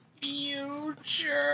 Future